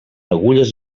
agulles